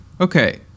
okay